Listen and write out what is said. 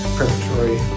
preparatory